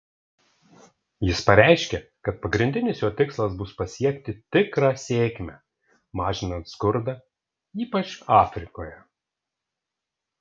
jis pareiškė kad pagrindinis jo tikslas bus pasiekti tikrą sėkmę mažinant skurdą ypač afrikoje